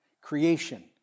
creation